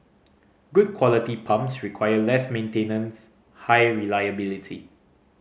good quality pumps require less maintenance high reliability